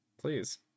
Please